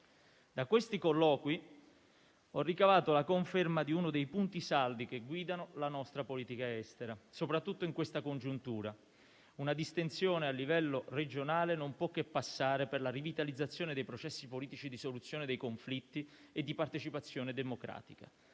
Da questi colloqui ho ricavato la conferma di uno dei punti saldi che guidano la nostra politica estera. Soprattutto in questa congiuntura, una distensione a livello regionale non può che passare per la rivitalizzazione dei processi politici di soluzione dei conflitti e di partecipazione democratica.